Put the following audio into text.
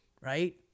right